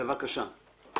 בבקשה.